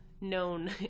known